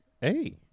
Hey